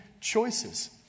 choices